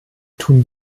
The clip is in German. tun